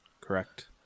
correct